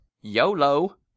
YOLO